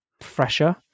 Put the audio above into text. fresher